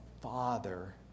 father